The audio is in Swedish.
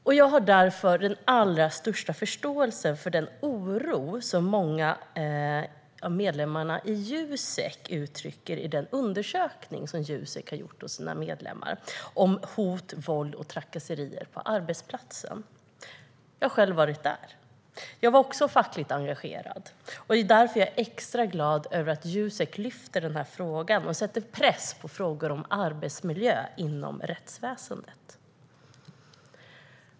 Därför har jag den allra största förståelse för den oro som många av medlemmarna i Jusek uttrycker i den undersökning som Jusek har gjort bland sina medlemmar om hot, våld och trakasserier på arbetsplatsen. Jag har själv varit där. Jag var även fackligt engagerad, och det är därför som jag är extra glad över att Jusek lyfter fram denna fråga och sätter press på frågor om arbetsmiljö inom rättsväsendet.